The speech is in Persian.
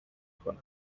کنم